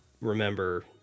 remember